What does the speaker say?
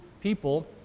people